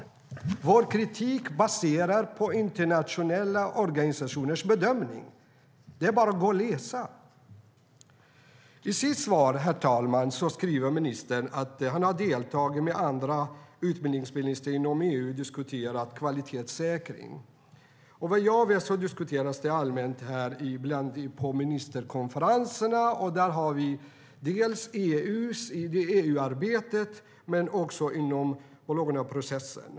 Vår kritik baseras på internationella organisationers bedömning. Det är bara att gå och läsa. Herr talman! I sitt svar säger ministern att han har deltagit med andra utbildningsministrar inom EU i diskussioner om kvalitetssäkring. Vad jag vet diskuteras det allmänt på ministerkonferenserna. Det har vi i EU-arbetet men också i Bolognaprocessen.